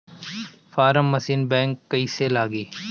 Form machine बैक कईसे लागी?